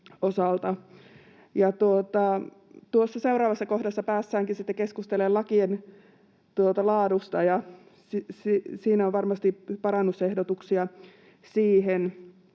seuraavassa kohdassa päästäänkin sitten keskustelemaan lakien laadusta, ja siinä on varmasti parannusehdotuksia siihen.